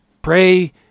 Pray